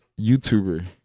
YouTuber